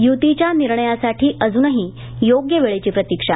युतीच्या निर्णयासाठी अजूनही योग्य वेळेची प्रतिक्षा